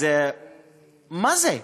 אז מה זה?